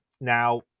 Now